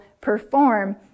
perform